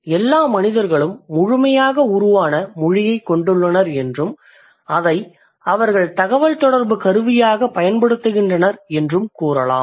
எனவே எல்லா மனிதர்களும் முழுமையாக உருவான மொழியைக் கொண்டுள்ளனர் என்றும் அதை அவர்கள் தகவல்தொடர்பு கருவியாகப் பயன்படுத்துகின்றனர் என்றும் கூறலாம்